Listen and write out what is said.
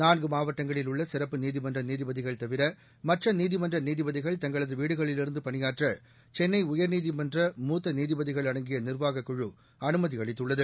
நான்கு மாவட்டங்களில் உள்ள சிறப்பு நீதிமன்ற நீதிபதிகள் தவிர மற்ற நீதிமன்ற நீதிபதிகள் தங்களது வீடுகளிலிருந்து பணியாற்ற சென்னை உயர்நீதிமன்ற மூத்த நீதிபதிகள் அடங்கிய நிர்வாகக்குழு அனுமதி அளித்துள்ளது